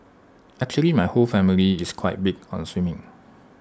actually my whole family is quite big on swimming